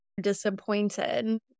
Disappointed